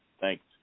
Thanks